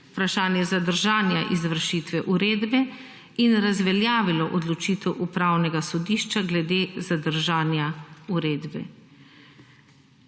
vprašanje zadržanja izvršitve uredbe, in razveljavilo odločitev upravnega sodišča glede zadržanja uredbe.